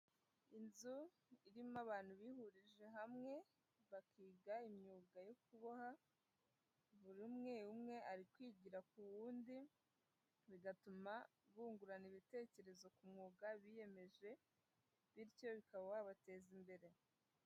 Inzu irimo abantu bihurije hamwe bakiga imyuga yo kuboha, buri umwe umwe ari kwigira ku wundi, bigatuma bungurana ibitekerezo ku mwuga biyemeje, bityo bikaba wabateza imbere.